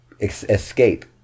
escape